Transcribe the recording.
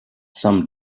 some